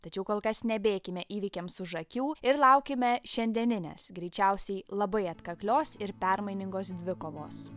tačiau kol kas nebėkime įvykiams už akių ir laukime šiandieninės greičiausiai labai atkaklios ir permainingos dvikovos